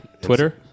Twitter